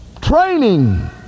Training